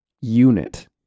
unit